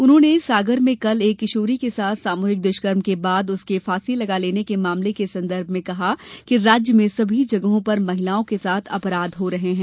उन्होनें सागर में कल एक किशोरी के साथ सामूहिक दुष्कर्म के बाद उसके फांसी लगा लेने के मामले के संदर्भ में कहा कि राज्य में सभी जगहों पर महिलाओं के साथ अपराध हो रहे हैं